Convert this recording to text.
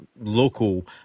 local